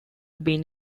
been